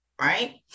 right